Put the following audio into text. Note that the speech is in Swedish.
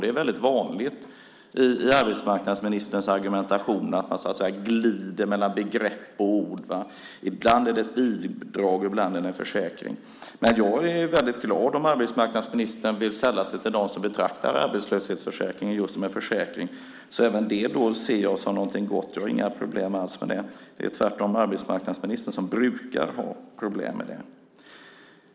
Det är väldigt vanligt i arbetsmarknadsministerns argumentation att glida mellan olika begrepp och ord. Ibland är det bidrag och ibland försäkring. Jag är väldigt glad om arbetsmarknadsministern vill sälla sig till dem som betraktar arbetslöshetsförsäkringen just som en försäkring, så även det ser jag som någonting gott. Jag har inte alls några problem med det. Tvärtom är det arbetsmarknadsministern som brukar ha problem med det.